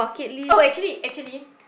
oh actually actually